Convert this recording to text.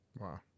Wow